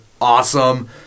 awesome